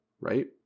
right